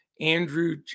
Andrew